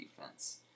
defense